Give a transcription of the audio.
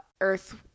earth